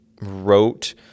wrote